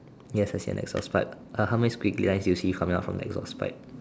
yes I see an exhaust pipe uh how many squiggly lines do you see from your exhaust pipe